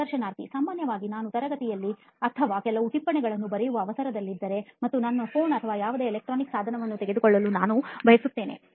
ಸಂದರ್ಶನಾರ್ಥಿ ಸಾಮಾನ್ಯವಾಗಿ ನಾನು ತರಗತಿಯಲ್ಲಿ ಅಥವಾ ಕೆಲವು ಟಿಪ್ಪಣಿಗಳನ್ನು ಬರೆಯುವ ಅವಸರದಲ್ಲಿದ್ದರೆ ಮತ್ತು ನನ್ನ Phone ಅಥವಾ ಯಾವುದೇ ಎಲೆಕ್ಟ್ರಾನಿಕ್ Electronic ಸಾಧನವನ್ನು ತೆಗೆದುಕೊಳ್ಳಲು ನಾನು ಬಯಸುತ್ತೇನೆ